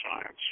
science